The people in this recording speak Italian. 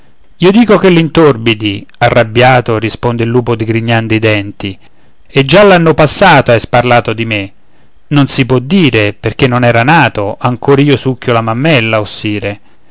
io dico che l'intorbidi arrabbiato risponde il lupo digrignando i denti e già l'anno passato hai sparlato di me non si può dire perché non era nato ancora io succhio la mammella o sire